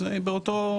אז אותו סיפור.